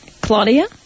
Claudia